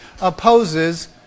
opposes